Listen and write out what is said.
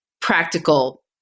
practical